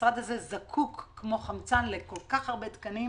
המשרד הזה זקוק כמו חמצן לכל כך הרבה תקנים